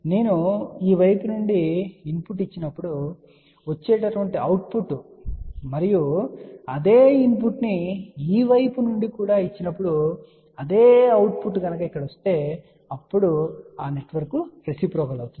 నేను ఈ వైపు నుండి ఇన్ పుట్ ఇచ్చినప్పుడు లభించే అవుట్ పుట్ మరియు అదే ఇన్ పుట్ ను ఈ వైపు నుండి కూడా ఇచ్చినప్పుడు అదే అవుట్ పుట్ ఇక్కడ పొందితే అప్పుడు అది రెసిప్రోకల్ నెట్ వర్క్ అవుతుంది